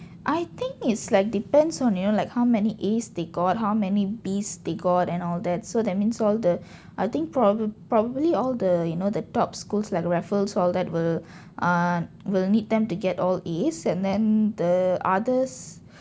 I think it's like depends on you know like how many As they got how many Bs they got and all that so that means all the I think probably probably all the you know the top schools like raffles all that will ah will need them to get all As and then the others